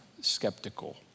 skeptical